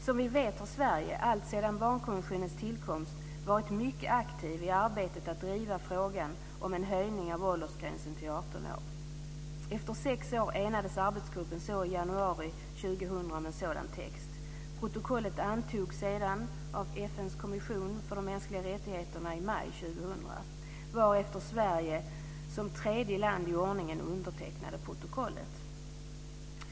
Som vi vet har Sverige alltsedan barnkonventionens tillkomst varit mycket aktivt i arbetet med att driva frågan om en höjning av åldersgränsen till 18 år. Efter sex år enades arbetsgruppen så i januari 2000 om en sådan text. Protokollet antogs sedan av FN:s kommission för mänskliga rättigheter i maj 2000, varefter Sverige som tredje land i ordningen undertecknade protokollet.